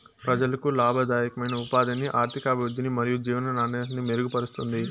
ప్రజలకు లాభదాయకమైన ఉపాధిని, ఆర్థికాభివృద్ధిని మరియు జీవన నాణ్యతను మెరుగుపరుస్తుంది